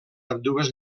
ambdues